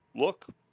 look